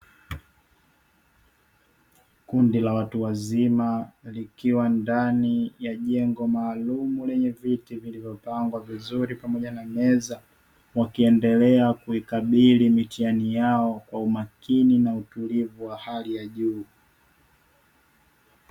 Kundi la watu wazima likiwa ndani ya jengo maalumu lenye viti vilivyopangwa vizuri pamoja na meza wakiendelea kuikabili mitihani yao kwa umakini na utulivu wa hali ya juu .